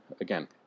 Again